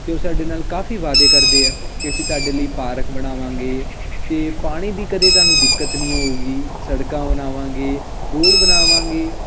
ਅਤੇ ਉਹ ਸਾਡੇ ਨਾਲ ਕਾਫ਼ੀ ਵਾਅਦੇ ਕਰਦੇ ਆ ਕਿ ਅਸੀਂ ਤੁਹਾਡੇ ਲਈ ਪਾਰਕ ਬਣਾਵਾਂਗੇ ਅਤੇ ਪਾਣੀ ਦੀ ਕਦੇ ਤੁਹਾਨੂੰ ਦਿੱਕਤ ਨਹੀਂ ਹੋਊਗੀ ਸੜਕਾਂ ਬਣਾਵਾਂਗੇ ਰੋਡ ਬਣਾਵਾਂਗੇ